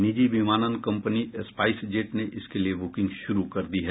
निजी विमानन कम्पनी स्पाइस जेट ने इसके लिए बुकिंग शुरू कर दी है